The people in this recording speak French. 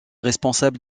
responsable